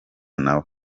nawe